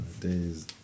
days